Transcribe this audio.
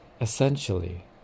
Essentially